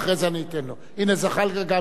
הנה, גם זחאלקה יקבל רשות דיבור.